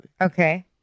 Okay